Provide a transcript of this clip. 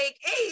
Hey